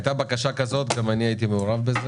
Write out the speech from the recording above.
הייתה בקשה כזאת שהייתי מעורב בה.